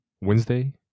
Wednesday